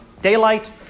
daylight